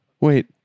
Wait